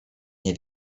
nie